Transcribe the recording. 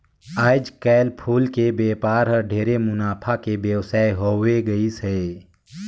आयज कायल फूल के बेपार हर ढेरे मुनाफा के बेवसाय होवे गईस हे